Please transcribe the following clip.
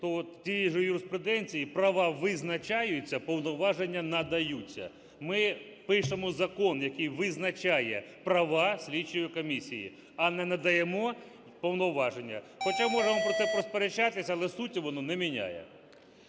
тієї ж юриспруденції: права визначаються, а повноваження надаються. Ми пишемо закон, який визначає права слідчої комісії, а не надаємо повноваження. Хоча можемо про це посперечатись, але суті воно не міняє.